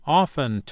often